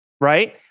right